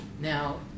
Now